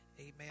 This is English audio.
Amen